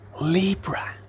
Libra